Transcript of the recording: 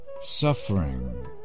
suffering